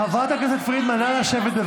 לחתולים ולא לאנשים.